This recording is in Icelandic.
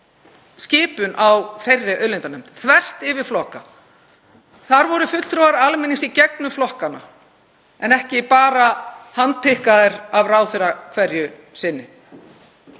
skipun á þeirri auðlindanefnd, þvert yfir flokka. Þar voru fulltrúar almennings í gegnum flokkanna en ekki bara handpikkaðir af ráðherra hverju sinni